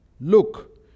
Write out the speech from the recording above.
look